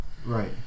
right